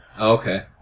Okay